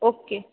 okay